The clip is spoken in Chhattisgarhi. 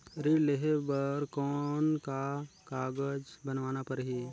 ऋण लेहे बर कौन का कागज बनवाना परही?